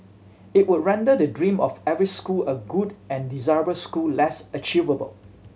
it would render the dream of every school a good and desirable school less achievable